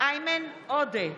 איימן עודה,